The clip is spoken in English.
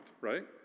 right